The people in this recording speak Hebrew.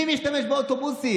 מי משתמש באוטובוסים?